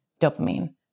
dopamine